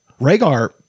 Rhaegar